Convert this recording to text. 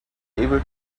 able